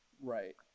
Right